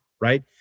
right